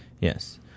Yes